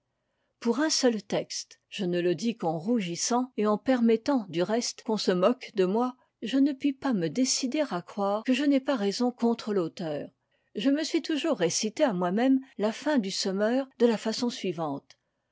pour un seul texte je ne le dis qu'en rougissant et en permettant du reste qu'on se moque de moi je ne puis pas me décider à croire que je n'ai pas raison contre l'auteur je me suis toujours récité à moi-même la fin du semeur de la façon suivante